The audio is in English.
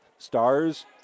Stars